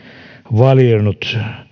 valjennut